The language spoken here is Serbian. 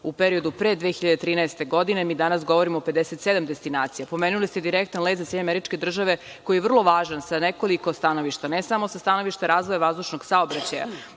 u periodu pre 2013. godine, mi danas govorimo o 57 destinacija. Pomenuli ste direktan let za SAD, koji je vrlo važan sa nekoliko stanovišta. Ne samo sa stanovišta razvoja vazdušnog saobraćaja